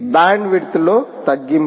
బ్యాండ్విడ్త్లో తగ్గింపు